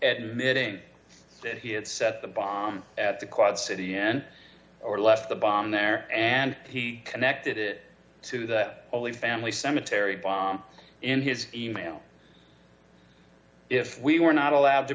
admitting that he had set the bomb at the quad city and or left the bomb there and he connected it to that only family cemetery in his email if we were not allowed to